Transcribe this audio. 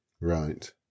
Right